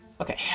Okay